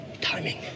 Timing